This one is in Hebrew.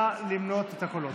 נא למנות את הקולות.